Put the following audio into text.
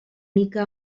mica